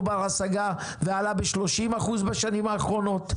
בר השגה וזה עלה ב-30% בשנים האחרונות.